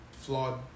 flawed